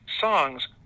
songs